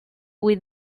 with